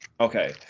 Okay